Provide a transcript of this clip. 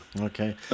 okay